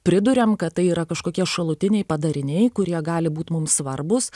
priduriam kad tai yra kažkokie šalutiniai padariniai kurie gali būt mum svarbūs